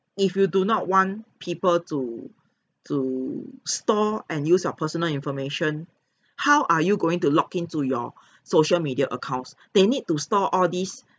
if you do not want people to to store and use your personal information how are you going to log into your social media accounts they need to store all this